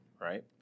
Right